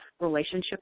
relationship